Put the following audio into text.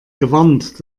gewarnt